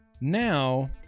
Now